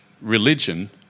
religion